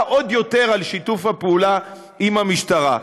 עוד יותר על שיתוף הפעולה עם המשטרה.